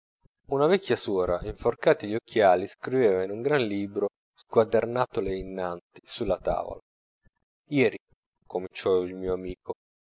una vecchia suora inforcati gli occhiali scriveva in un gran libro squadernatole innanti sulla tavola ieri cominciò il mio amico al